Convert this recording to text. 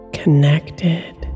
connected